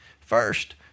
First